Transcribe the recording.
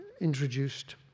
introduced